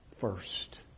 first